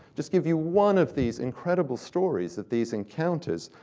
just give you one of these incredible stories of these encounters,